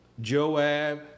Joab